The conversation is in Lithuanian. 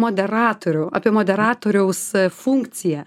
moderatorių apie moderatoriaus funkciją